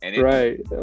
Right